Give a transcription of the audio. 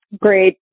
Great